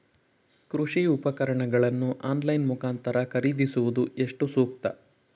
ಕೃಷಿ ಉಪಕರಣಗಳನ್ನು ಆನ್ಲೈನ್ ಮುಖಾಂತರ ಖರೀದಿಸುವುದು ಎಷ್ಟು ಸೂಕ್ತ?